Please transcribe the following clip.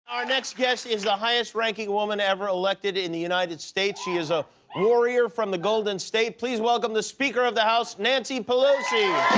our next guest is the highest-ranking woman ever elected in the united states. she is a warrior from the golden state. please welcome the speaker of the house nancy pelosi.